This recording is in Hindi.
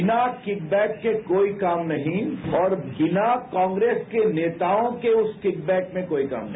बिना किक बैक कोई काम नहीं और बिना कांग्रेस के नेताओं के उस किक बैक में कोई काम नहीं